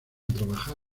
trabajar